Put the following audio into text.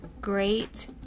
great